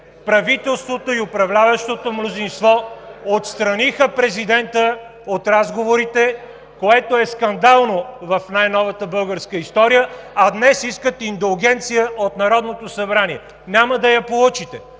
Правителството и управляващото мнозинство отстраниха Президента от разговорите, което е скандално в най-новата българска история, а днес искат индулгенция от Народното събрание. Няма да я получите!